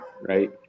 right